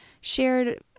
shared